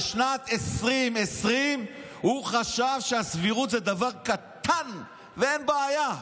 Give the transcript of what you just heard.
בשנת 2020 הוא חשב שהסבירות היא דבר קטן ואין בעיה.